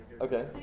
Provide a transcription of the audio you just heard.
Okay